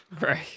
Right